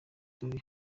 turi